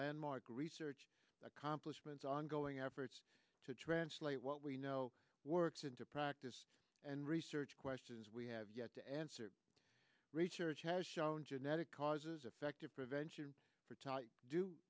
landmark research accomplishments ongoing efforts to translate what we know works into practice and research questions we have yet to answer research has shown genetic causes effective prevention